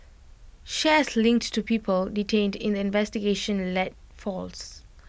shares linked to people detained in the investigation led falls